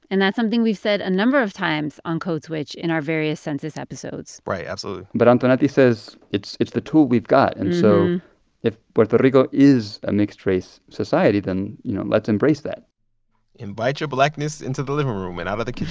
and that's something we've said a number of times on code switch in our various census episodes right, absolutely but antonetty says it's it's the tool we've got. and so if puerto rico is a mixed-race society, then, you know, let's embrace that invite your blackness into the living room and out of the